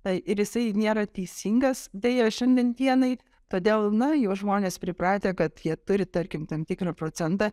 tai ir jisai nėra teisingas deja šiandien dienai todėl na juo žmonės pripratę kad jie turi tarkim tam tikrą procentą